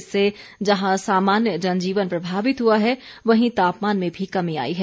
इससे जहां सामान्य जनजीवन प्रभावित हुआ है वहीं तापमान में भी कमी आई है